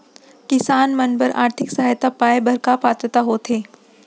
किसान मन बर आर्थिक सहायता पाय बर का पात्रता होथे?